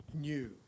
new